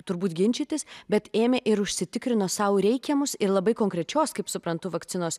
turbūt ginčytis bet ėmė ir užsitikrino sau reikiamus ir labai konkrečios kaip suprantu vakcinos